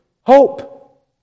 hope